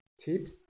tips